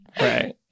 Right